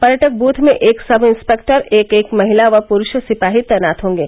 पर्यटक बूथ में एक सब इंस्पेक्टर एक एक महिला व पुरुष सिपाही तैनात होंगे